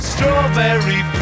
Strawberry